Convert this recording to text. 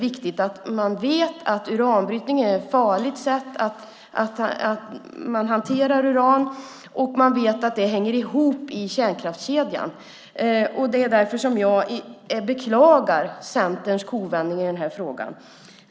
Vi vet att uranbrytning är farligt att hantera, och den är en del av kärnkraftskedjan. Därför beklagar jag Centerns kovändning i denna fråga.